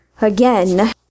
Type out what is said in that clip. Again